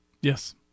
Yes